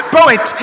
Poet